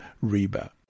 Reba